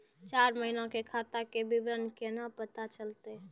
चार महिना के खाता के विवरण केना पता चलतै?